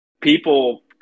people